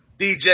DJ